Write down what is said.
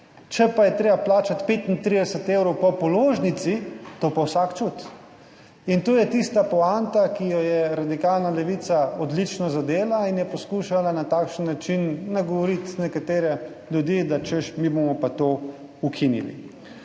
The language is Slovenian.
Če je treba plačati 35 evrov po položnici, to pa vsak čuti. To je tista poanta, ki jo je radikalna Levica odlično zadela in je poskušala na takšen način nagovoriti nekatere ljudi, češ, mi bomo pa to ukinili.